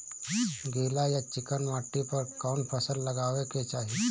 गील या चिकन माटी पर कउन फसल लगावे के चाही?